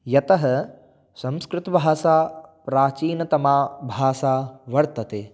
यतः संस्कृतभाषा प्राचीनतमा भाषा वर्तते